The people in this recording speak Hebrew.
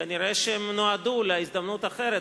כנראה שהם נועדו להזדמנות אחרת,